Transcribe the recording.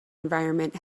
environment